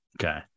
okay